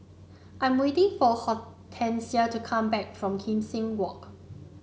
I'm waiting for Hortensia to come back from Kim Seng Walk